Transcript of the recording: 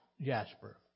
jasper